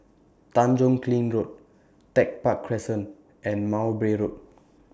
Tanjong Kling Road Tech Park Crescent and Mowbray Road